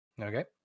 Okay